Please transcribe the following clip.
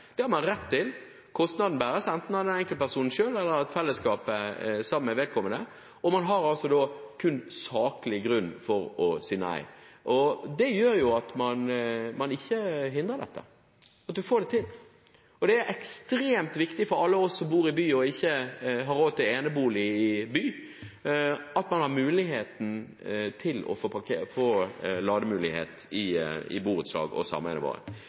Man har rett til f.eks. å få installert stolheis eller trappeheis for funksjonshemmede som trenger det. Kostnaden bæres av enkeltpersonen selv eller av fellesskapet. Man har da kun saklig grunn for å si nei. Det gjør at man ikke hindrer dette, man får det til. Det er ekstremt viktig for alle oss som bor i by, og som ikke har råd til enebolig i by, at man har mulighet til å få lade i borettslag og sameier. Det som er det mest spesielle i denne saken, er altså at Fremskrittspartiet og